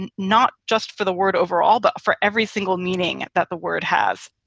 and not just for the word overall, but for every single meaning that the word has.